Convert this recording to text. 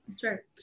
Sure